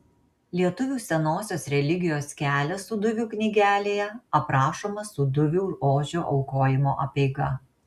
lietuvių senosios religijos kelias sūduvių knygelėje aprašoma sūduvių ožio aukojimo apeiga